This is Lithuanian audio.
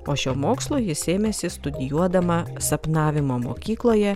o šio mokslo ji sėmėsi studijuodama sapnavimo mokykloje